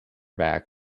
back